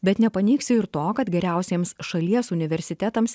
bet nepaneigsi ir to kad geriausiems šalies universitetams